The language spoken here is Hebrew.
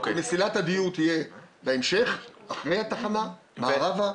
מסילת הדיור תהיה בהמשך, אחרי התחנה מערבה,